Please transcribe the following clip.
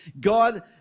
God